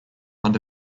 under